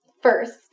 first